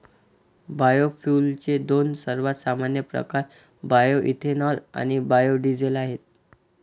बायोफ्युएल्सचे दोन सर्वात सामान्य प्रकार बायोएथेनॉल आणि बायो डीझेल आहेत